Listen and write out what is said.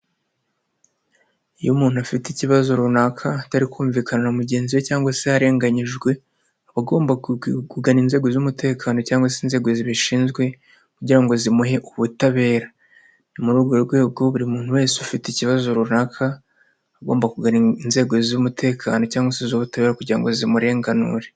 Iyo umuntu afite ikibazo runaka, atari kumvikana na mugenzi we cyangwa se yarenganyijwe, aba agomba kugana inzego z'umutekano cyangwa se inzego zibishinzwe, kugira ngo zimuhe ubutabera. Ni muri urwo rwego buri muntu wese ufite ikibazo runaka, agomba kugana inzego z'umutekano, cyangwa iz'ubutabera kugira ngo zimurenganure.